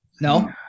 No